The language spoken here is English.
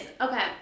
okay